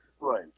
Right